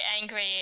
angry